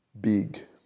big